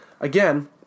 Again